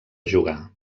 jugar